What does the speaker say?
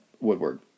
Woodward